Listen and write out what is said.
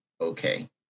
okay